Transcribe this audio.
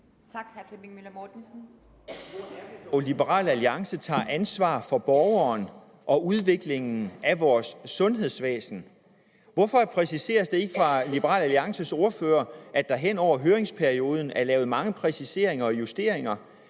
Tak. Hr. Flemming Møller Mortensen.